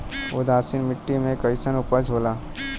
उदासीन मिट्टी में कईसन उपज होला?